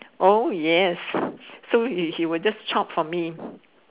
oh yes so he will just chop for me